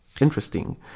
interesting